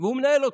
והוא מנהל אותך.